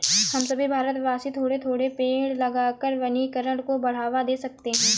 हम सभी भारतवासी थोड़े थोड़े पेड़ लगाकर वनीकरण को बढ़ावा दे सकते हैं